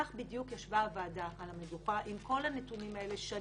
כך בדיוק ישבה הוועדה על המדוכה עם כל הנתונים האלה במשך